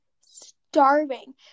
starving